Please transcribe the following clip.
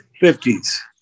Fifties